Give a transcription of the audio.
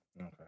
Okay